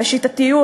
בשיטתיות,